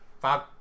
five